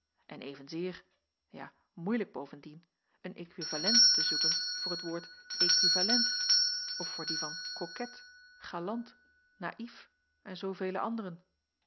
en evenzeer ja moeielijk bovendien een equivalent te zoeken voor t woord equivalent of voor die van koket galant naïef en zoovele anderen